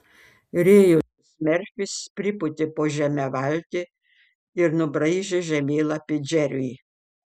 rėjus merfis pripūtė po žeme valtį ir nubraižė žemėlapį džeriui